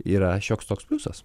yra šioks toks pliusas